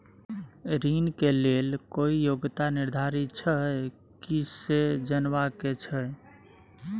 ऋण के लेल कोई योग्यता निर्धारित छै की से जनबा के छै?